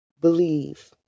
believe